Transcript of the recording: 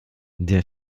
der